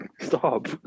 Stop